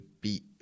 beat